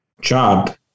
job